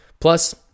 Plus